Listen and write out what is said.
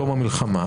המלחמה.